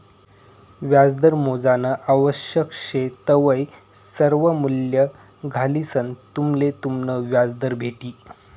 व्याजदर मोजानं आवश्यक शे तवय सर्वा मूल्ये घालिसंन तुम्हले तुमनं व्याजदर भेटी